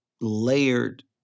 layered